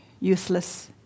useless